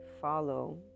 follow